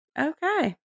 okay